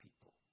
people